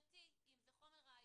מבחינתי, אם זה חומר ראייתי,